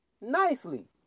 nicely